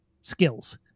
skills